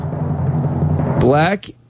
Black